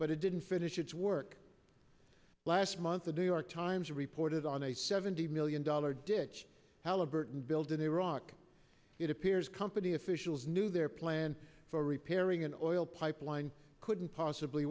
but it didn't finish its work last month the new york times reported on a seventy million dollar ditch halliburton build in iraq it appears company officials knew their plan for repairing an oil pipeline couldn't possibly